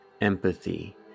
empathy